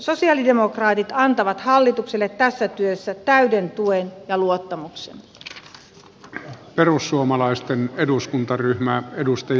sosialidemokraatit antavat hallitukselle tässä työssä täyden tuen ja luottamuksen